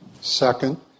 Second